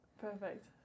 Perfect